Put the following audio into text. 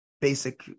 basic